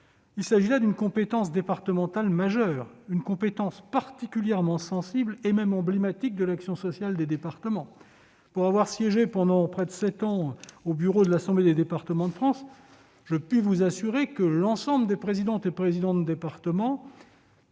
il s'agit là d'une compétence départementale majeure, particulièrement sensible et même emblématique de l'action sociale des départements. Pour avoir siégé pendant près de sept ans au bureau de l'Assemblée des départements de France, je puis vous assurer que l'ensemble des présidentes et présidents de départements